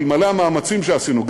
שאלמלא המאמצים שעשינו,